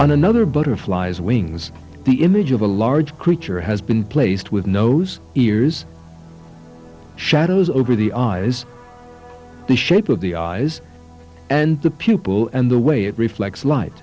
on another butterfly's wings the image of a large creature has been placed with nose ears shadows over the eyes the shape of the eyes and the pupil and the way it reflects light